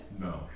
No